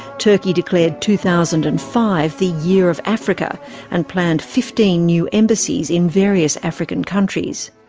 turkey declared two thousand and five the year of africa and planned fifteen new embassies in various african countries.